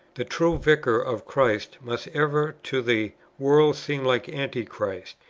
the true vicar of christ must ever to the world seem like antichrist,